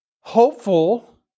hopeful